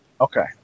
Okay